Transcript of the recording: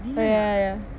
oh ya ya ya